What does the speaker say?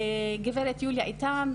גב' יוליה איתן,